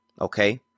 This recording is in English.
Okay